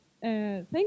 thank